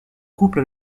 couple